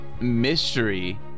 Mystery